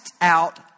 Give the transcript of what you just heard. out